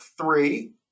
three